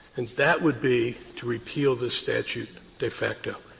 and that would be to repeal this statute de facto.